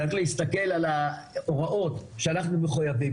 צריך להסתכל על ההוראות שאנחנו מחוייבים